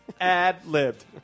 Ad-libbed